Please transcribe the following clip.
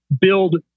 build